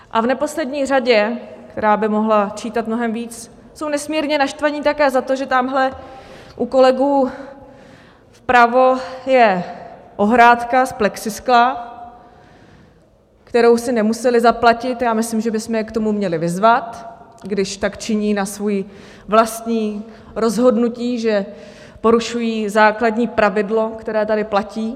A v neposlední řadě, která by mohla čítat mnohem víc, jsou nesmírně naštvaní také za to, že tamhle u kolegů vpravo je ohrádka z plexiskla, kterou si nemuseli zaplatit já myslím, že bychom je k tomu měli vyzvat, i když tak činí na svoje vlastní rozhodnutí, že porušují základní pravidlo, které tady platí.